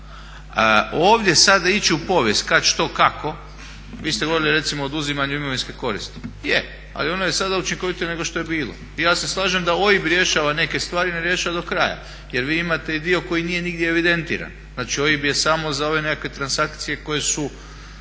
Ovdje sada ići u povijest kad, što, kako. Vi ste govorili recimo o oduzimanju imovinske koristi. Je, ali ona je sada učinkovitije nego što je bilo. I ja se slažem da OIB rješava neke stvari, ne rješava do kraja, jer vi imate i dio koji nije nigdje evidentiran. Znači, OIB je samo za ove nekakve transakcije koje su